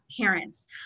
Parents